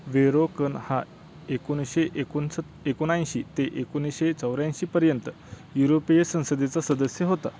Verroken हा एकोणीसशे एकोणीस एकोणऐंशी ते एकोणीसशे चौऱ्याऐंशीपर्यंत युरोपिय संसदेचा सदस्य होता